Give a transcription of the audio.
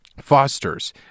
Foster's